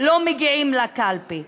לא מגיעים לקלפי,